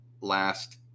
last